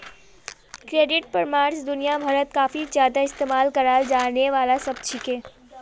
credit परामर्श दुनिया भरत काफी ज्यादा इस्तेमाल कराल जाने वाला शब्द छिके